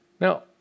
Now